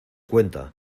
cuenta